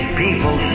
people